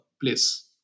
place